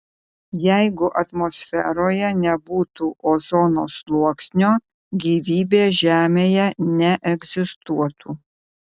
jeigu atmosferoje nebūtų ozono sluoksnio gyvybė žemėje neegzistuotų